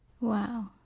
Wow